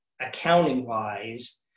accounting-wise